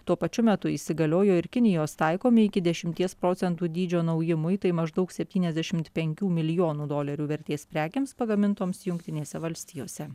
tuo pačiu metu įsigaliojo ir kinijos taikomi iki dešimties procentų dydžio nauji muitai maždaug septyniasdešimt penkių milijonų dolerių vertės prekėms pagamintoms jungtinėse valstijose